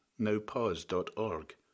nowpause.org